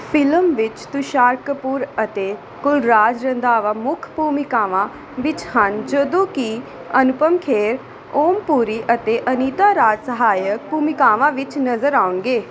film ਵਿੱਚ ਤੁਸ਼ਾਰ ਕਪੂਰ ਅਤੇ ਕੁਲਰਾਜ ਰੰਧਾਵਾ ਮੁੱਖ ਭੂਮਿਕਾਵਾਂ ਵਿੱਚ ਹਨ ਜਦੋਂ ਕਿ ਅਨੁਪਮ ਖੇਰ ਓਮ ਪੁਰੀ ਅਤੇ ਅਨੀਤਾ ਰਾਜ ਸਹਾਇਕ ਭੂਮਿਕਾਵਾਂ ਵਿੱਚ ਨਜ਼ਰ ਆਉਣਗੇ